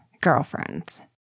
girlfriends